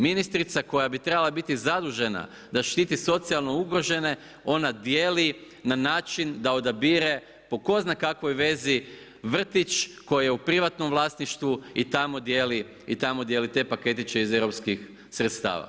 Ministrica koja bi trebala biti zadužena da štiti socijalno ugrožene, ona dijeli na način da odabire po tko zna kakvoj vezi vrtić koji je u privatnom vlasništvu i tamo dijeli te paketiće iz europskih sredstava.